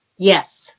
yes.